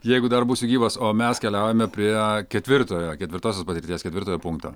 jeigu dar būsiu gyvas o mes keliaujame prie ketvirtojo ketvirtosios patirties ketvirtojo punkto